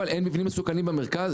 אין מבנים מסוכנים במרכז?